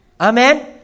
Amen